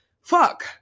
fuck